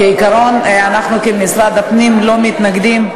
כעיקרון, אנחנו כמשרד הפנים לא מתנגדים.